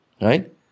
right